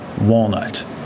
walnut